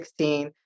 2016